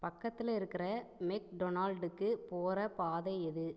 பக்கத்தில் இருக்கிற மெக்டொனால்டுக்கு போகிற பாதை எது